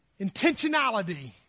intentionality